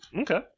okay